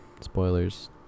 spoilers